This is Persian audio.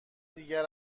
دیگر